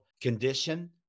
condition